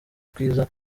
kwiza